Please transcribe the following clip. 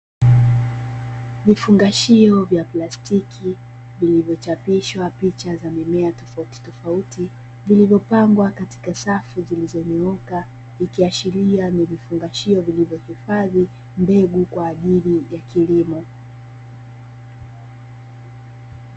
Vifungashio vya plastiki vilivyochapishwa picha za mimiea zofautitofauti, vilivyopangwa katika safu zilizonyooka, ikiashiria ni vifungashio vilivyohifadhi mbegu kwa ajili ya kilimo.